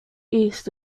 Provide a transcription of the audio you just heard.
east